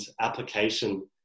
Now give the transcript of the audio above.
application